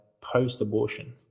post-abortion